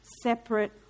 separate